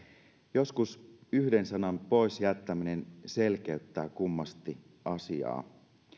joskus yhden sanan pois jättäminen selkeyttää kummasti asiaa